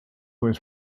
was